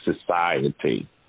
society